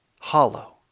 hollow